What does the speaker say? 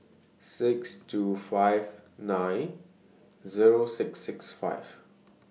six two five nine Zero six six five